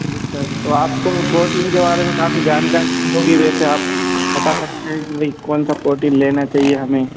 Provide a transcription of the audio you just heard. जी sir तो आपको protein के बारे में काफी जानकारी होगी वैसे आप बता सकते है कि भाई कौनसा प्रोटीन लेना चाहिए हमें